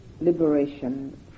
liberation